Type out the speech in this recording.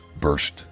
burst